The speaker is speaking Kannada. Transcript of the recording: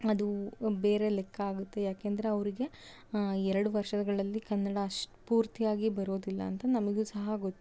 ಅದೂ ಬೇರೆ ಲೆಕ್ಕ ಆಗುತ್ತೆ ಯಾಕೆಂದ್ರೆ ಅವರಿಗೆ ಎರಡು ವರ್ಷಗಳಲ್ಲಿ ಕನ್ನಡ ಅಷ್ಟು ಪೂರ್ತಿಯಾಗಿ ಬರೋದಿಲ್ಲ ಅಂತ ನಮಗೂ ಸಹ ಗೊತ್ತು